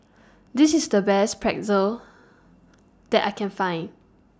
This IS The Best Pretzel that I Can Find